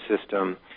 system